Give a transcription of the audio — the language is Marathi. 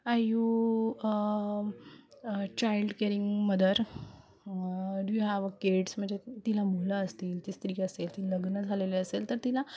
a you child caring mother do you have a kids म्हणजे तिला मुलं असतील ती स्त्री असेल ती लग्न झालेले असेल तर तिला